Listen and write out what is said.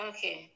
Okay